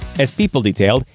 as people detailed,